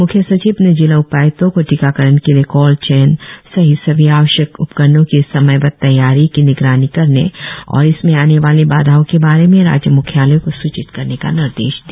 मुख्य सचिव ने जिला उपाय्क्तों को टीखाकरण के लिए कोल्ड चेन सहित सभी आवश्यक उपकरणों की समयबद्ध तैयारी की निगरानी करने और इसमें आने वाली बाधाओं के बारे में राज्य म्ख्यालयों को स्चित करने का निर्देश दिया